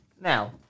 Now